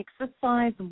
Exercise